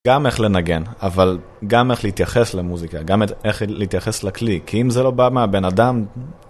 גם איך לנגן, אבל גם איך להתייחס למוזיקה, גם איך להתייחס לכלי, כי אם זה לא בא מהבן אדם...